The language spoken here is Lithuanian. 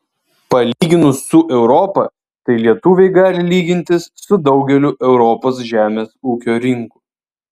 palyginus su europa tai lietuviai gali lygintis su daugeliu europos žemės ūkio rinkų